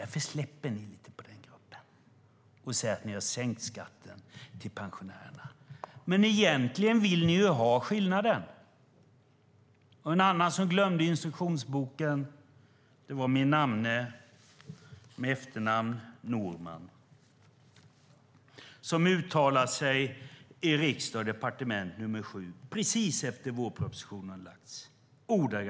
Därför släpper ni lite på den gruppen och säger att ni har sänkt skatten för pensionärerna. Men egentligen vill ni ha skillnaden! En annan som glömde instruktionsboken var min namne med efternamn Norman. Han uttalade sig i Riksdag & Departement nr 7, precis efter att vårpropositionen lagts fram.